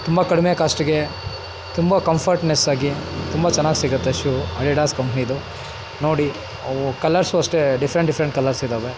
ತುಂಬ ಕಡಿಮೆ ಕಾಸ್ಟಿಗೆ ತುಂಬ ಕಂಫರ್ಟ್ನೆಸ್ಸಾಗಿ ತುಂಬ ಚೆನ್ನಾಗ್ ಸಿಗತ್ತೆ ಶೂ ಅಡಿಡಾಸ್ ಕಂಪ್ನಿದು ನೋಡಿ ಅವು ಕಲರ್ಸು ಅಷ್ಟೇ ಢಿಫ್ರೆಂಟ್ ಢಿಫ್ರೆಂಟ್ ಕಲರ್ಸ್ ಇದ್ದಾವೆ